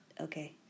Okay